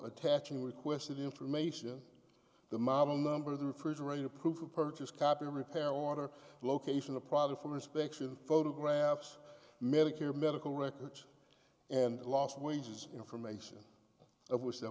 attaching requested information the model number of the refrigerator proof of purchase copy repair water location a product from inspection photographs medicare medical records and lost wages information of which there